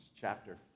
chapter